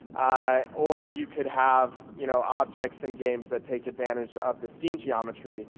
ah or you could have, you know, objects and games that take advantage of the scene geometry,